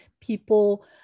People